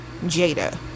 Jada